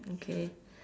okay